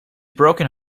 broken